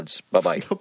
Bye-bye